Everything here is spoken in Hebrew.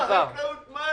אומר שר החקלאות: מה אעשה?